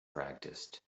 practiced